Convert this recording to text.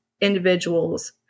individuals